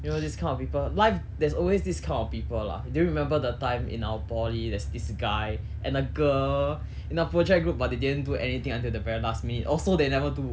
you know these kind of people life there's always this kind of people lah do you remember the time in our poly there's this guy and a girl in a project group but they didn't do anything until the very last minute also they never do